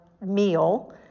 meal